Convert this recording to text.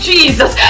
Jesus